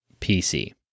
pc